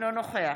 אינו נוכח